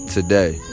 Today